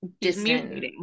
distant